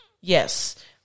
Yes